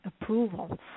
approval